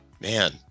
man